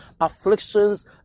afflictions